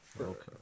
Okay